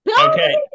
Okay